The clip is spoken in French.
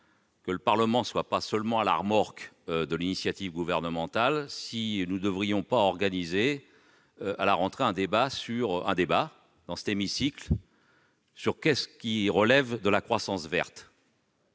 que le Parlement ne soit pas seulement à la remorque de l'initiative gouvernementale, nous ne devrions pas organiser à la rentrée un débat dans cet hémicycle sur le thème : qu'est-ce qui relève de la croissance verte ?